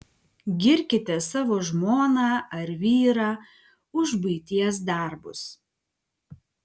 girkite savo žmoną ar vyrą už buities darbus